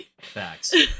facts